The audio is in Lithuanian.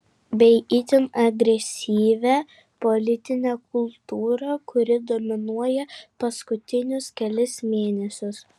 bei itin agresyvia politine kultūra kuri dominuoja paskutinius kelis mėnesius